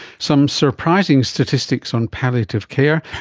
some surprising statistics on palliative care,